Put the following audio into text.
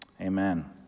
amen